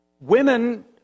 Women